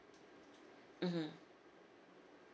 mmhmm